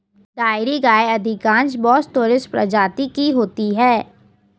dairy गायें अधिकांश Bos taurus प्रजाति की होती हैं